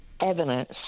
Evidence